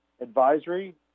advisory